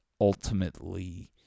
ultimately